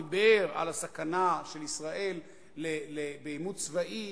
הוא דיבר על הסכנה לישראל בעימות צבאי